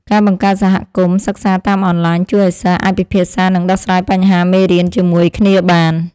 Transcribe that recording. ការបង្កើតសហគមន៍សិក្សាតាមអនឡាញ ជួយឱ្យសិស្សអាចពិភាក្សានិងដោះស្រាយបញ្ហាមេរៀនជាមួយគ្នាបាន។